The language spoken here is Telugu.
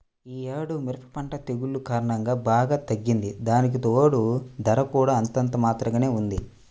యీ యేడు మిరప పంట తెగుల్ల కారణంగా బాగా తగ్గింది, దానికితోడూ ధర కూడా అంతంత మాత్రంగానే ఉంది